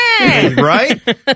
Right